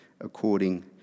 according